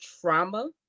trauma